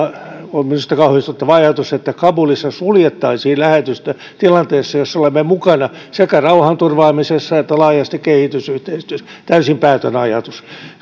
on kauhistuttava ajatus että kabulissa suljettaisiin lähetystö tilanteessa jossa olemme mukana sekä rauhanturvaamisessa että laajasti kehitysyhteistyössä täysin päätön ajatus